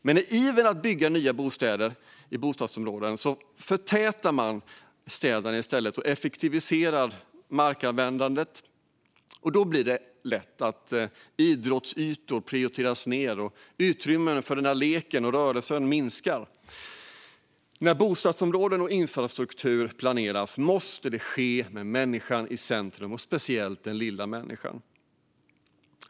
Men i ivern att bygga nya bostadsområden förtätar man i stället städerna för att effektivisera markanvändandet. Då blir det lätt så att idrottsytor prioriteras ned och att utrymmet för lek och rörelse minskar. När bostadsområden och infrastruktur planeras måste det ske med människan i centrum, särskilt den lilla människan.